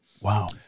Wow